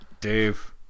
Dave